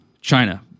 China